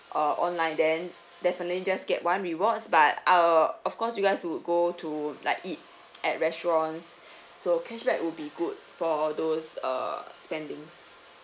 or online then definitely just get one rewards but uh of course you guys would go to like eat at restaurants so cashback would be good for those uh spendings